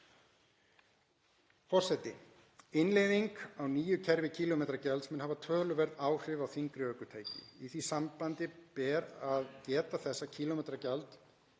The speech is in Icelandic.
Forseti. Innleiðing á nýju kerfi kílómetragjalds mun hafa töluverð áhrif á þyngri ökutæki. Í því sambandi ber að geta þess að kílómetragjald